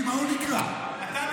מה הוא נקרא, חרדי?